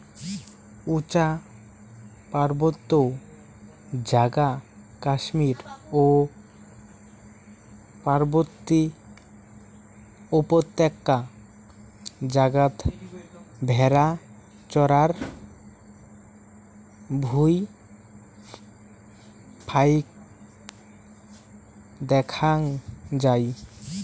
উচা পার্বত্য জাগা কাশ্মীর ও পার্বতী উপত্যকা জাগাত ভ্যাড়া চরার ভুঁই ফাইক দ্যাখ্যাং যাই